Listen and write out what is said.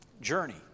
journey